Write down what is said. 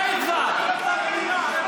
די כבר.